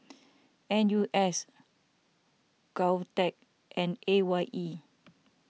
N U S Govtech and A Y E